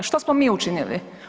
Što smo mi učinili?